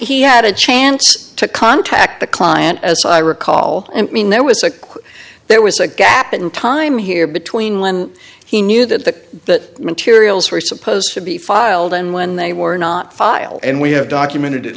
he had a chance to contact the client as i recall and i mean there was a quote there was a gap in time here between when he knew that the materials were supposed to be filed and when they were not filed and we have documented at